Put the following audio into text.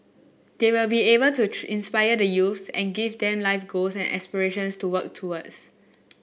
they will be able to inspire the youth and give them life goals and aspirations to work towards